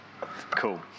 Cool